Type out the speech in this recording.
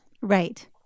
Right